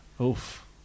Oof